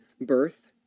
birth